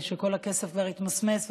כל הכסף כבר יתמסמס,